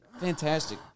fantastic